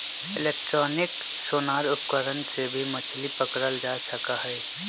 electronic sonar उपकरण से भी मछली पकड़ल जा सका हई